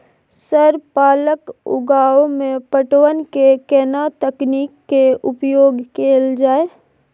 Sir पालक उगाव में पटवन के केना तकनीक के उपयोग कैल जाए?